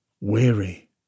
weary